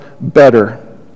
better